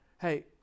hey